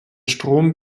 strom